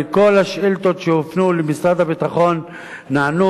וכל השאילתות שהופנו למשרד הביטחון נענו